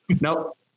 Nope